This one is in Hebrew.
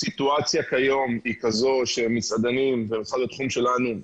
הסיטואציה כיום היא כזאת שמסעדנים ובכלל התחום שלנו,